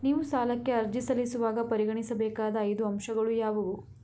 ನೀವು ಸಾಲಕ್ಕೆ ಅರ್ಜಿ ಸಲ್ಲಿಸುವಾಗ ಪರಿಗಣಿಸಬೇಕಾದ ಐದು ಅಂಶಗಳು ಯಾವುವು?